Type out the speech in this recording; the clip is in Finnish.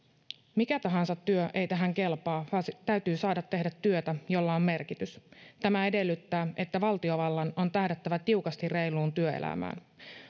mikä tahansa työ ei tähän kelpaa vaan täytyy saada tehdä työtä jolla on merkitys tämä edellyttää että valtiovallan on tähdättävä tiukasti reiluun työelämään